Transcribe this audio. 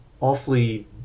awfully